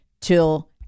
till